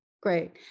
Great